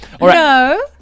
No